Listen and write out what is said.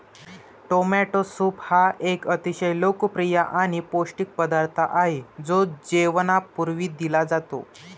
tomato soup हा एक अतिशय लोकप्रिय आणि पौष्टिक पदार्थ आहे जो जेवणापूर्वी दिला जातो